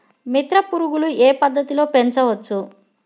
మిత్ర పురుగులు ఏ పద్దతిలో పెంచవచ్చు?